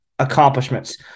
accomplishments